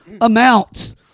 amounts